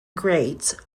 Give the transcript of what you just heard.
greats